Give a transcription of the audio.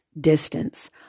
distance